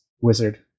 wizard